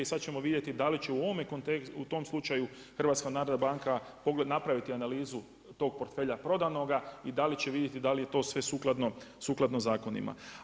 I sada ćemo vidjeti da li će u tom slučaju HNB napraviti analizu tog portfelja prodanoga i da će vidjeti da li je to sve sukladno zakonima.